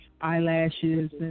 eyelashes